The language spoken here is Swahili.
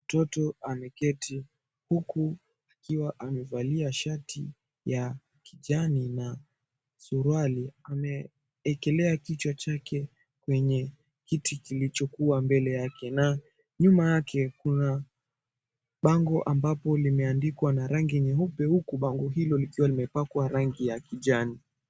Mtoto ameketi huku akiwa amevalia shati ya kijani na suruali. Amewekelea kichwa chake kwenye kiti kilicho kuwa mbele yake na nyuma yake kuna bango ambayo imeandikwa na rangi nyeupe huku bango hilo ikiwa imepakwa rangi ya kijani.